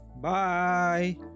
Bye